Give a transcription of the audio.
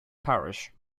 parish